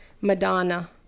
Madonna